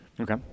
Okay